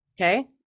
Okay